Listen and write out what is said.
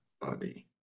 body